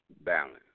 Balance